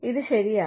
ഇത് ശരിയാണ്